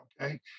okay